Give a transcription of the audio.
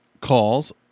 calls